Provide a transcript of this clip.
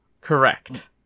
Correct